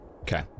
Okay